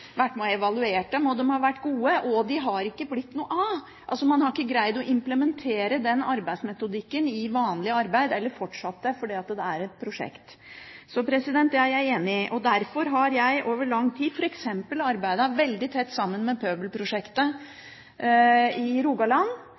vært gode, men de har ikke blitt noe av – altså man har ikke greid å implementere den arbeidsmetodikken i vanlig arbeid, eller fortsatt med det, fordi det er et prosjekt. Så det er jeg enig i. Derfor har jeg over lang tid f.eks. arbeidet veldig tett sammen med Pøbelprosjektet i Rogaland,